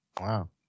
Wow